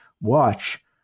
watch